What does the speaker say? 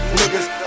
niggas